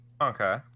Okay